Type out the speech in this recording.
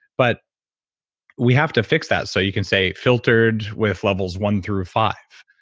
but we have to fix that so you can say, filtered with levels one through five.